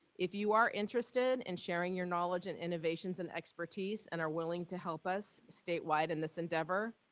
if you are interested in sharing your knowledge and innovations and expertise and are willing to help us statewide in this endeavor,